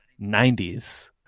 90s